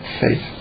faith